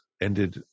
ended